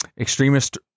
extremist